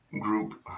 group